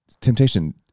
temptation